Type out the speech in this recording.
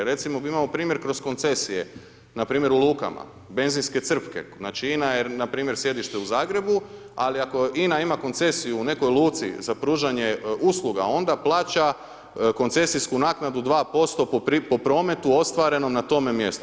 Recimo mi imamo primjer kroz koncesije, npr. u lukama, benzinske crpke, znači INA je npr. sjedište u Zagrebu, ali ako INA ima koncesiju u nekoj luci za pružanje usluga onda plaća koncesijsku naknadu 2% po prometu ostvarenom po tome mjestu.